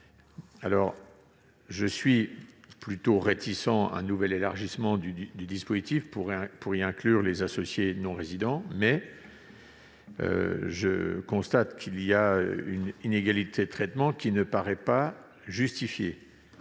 SCI. Je suis plutôt réticent à un nouvel élargissement du dispositif pour y inclure les associés non-résidents d'une SCI, car vous créez ainsi une inégalité de traitement qui ne paraît pas justifiée.